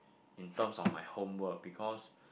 in terms of my homework because